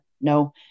No